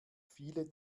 viele